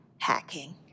hacking